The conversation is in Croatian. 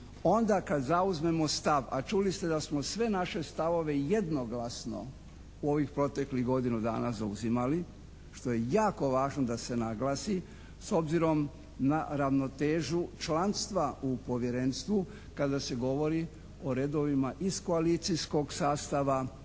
onda kad zauzmemo stav a čuli ste da smo sve naše stavove jednoglasno u ovih proteklih godinu dana zauzimali, što je jako važno da se naglasi s obzirom na ravnotežu članstva u povjerenstvu kada se govori o redovima iz koalicijskog sastava i iz